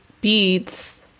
beads